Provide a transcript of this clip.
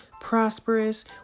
prosperous